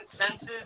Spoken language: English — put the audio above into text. consensus